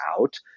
out